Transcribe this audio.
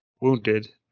wounded